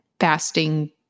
fasting